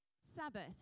Sabbath